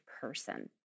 person